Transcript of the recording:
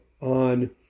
on